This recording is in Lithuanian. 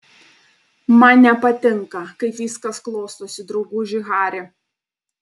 man nepatinka kaip viskas klostosi drauguži hari